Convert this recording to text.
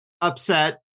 upset